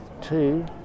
Two